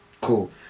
Cool